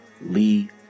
Lee